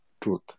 truth